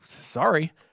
sorry